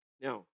Now